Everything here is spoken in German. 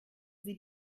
sie